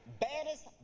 baddest